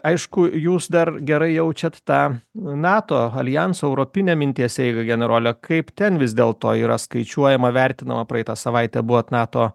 aišku jūs dar gerai jaučiat tą nato aljanso europinę minties eigą generole kaip ten vis dėl to yra skaičiuojama vertinama paeitą savaitę buvot nato